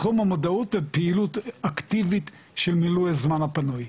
ופעילות אקטיבית של מילוי הזמן הפנוי.